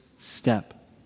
step